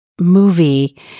movie